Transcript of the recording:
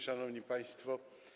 Szanowni Państwo!